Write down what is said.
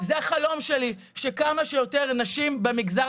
זה החלום שלי שכמה שיותר נשים במגזר